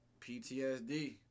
PTSD